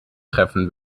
treffen